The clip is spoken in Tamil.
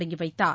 தொடங்கி வைத்தார்